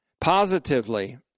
positively